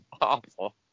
awful